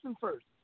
first